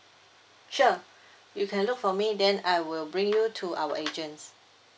sure you can look for me then I will bring you to our agents